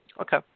Okay